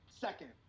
second